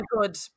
good